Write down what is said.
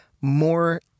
more